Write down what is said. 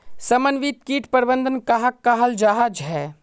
समन्वित किट प्रबंधन कहाक कहाल जाहा झे?